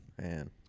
man